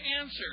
answer